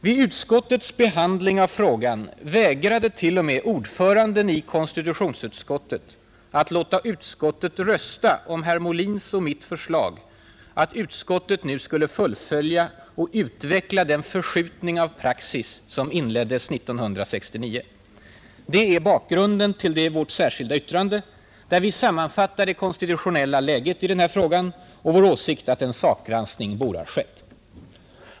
Vid utskottets behandling av frågan vägrade t.o.m. ordföranden i konstitutionsutskottet att låta utskottet rösta om herr Molins och mitt förslag att utskottet nu skulle fullfölja och utveckla den förskjutning av praxis som inleddes 1969. Det är bakgrunden till vårt särskilda yttrande, där vi sammanfattar det konstitutionella läget i denna fråga och vår åsikt att en sakgranskning borde ha skett.